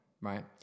right